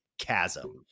chasm